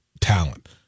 talent